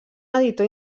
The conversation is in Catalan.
editor